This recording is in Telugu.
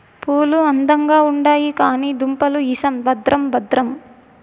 పూలు అందంగా ఉండాయి కానీ దుంపలు ఇసం భద్రం భద్రం